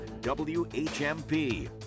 WHMP